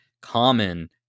common